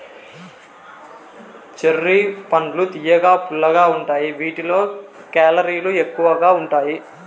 cherry పండ్లు తియ్యగా, పుల్లగా ఉంటాయి వీటిలో కేలరీలు తక్కువగా ఉంటాయి